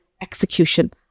execution